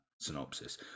synopsis